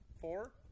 Four